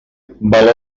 valora